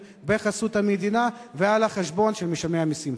בחסות המדינה ועל חשבון משלמי המסים.